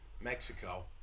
Mexico